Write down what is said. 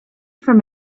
from